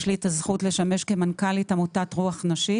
יש לי את הזכות לשמש כמנכ"לית עמותת רוח שנית